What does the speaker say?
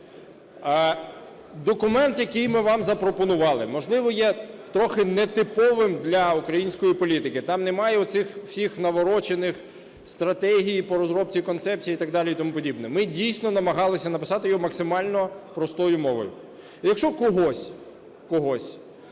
документ, який ми вам запропонували, можливо. є трохи не типовим для української політики. Там немає оцих всіх наворочених стратегій по розробці концепцій і так далі, і тому подібне. Ми, дійсно, намагались написати його максимально простою мовою. Якщо когось, когось,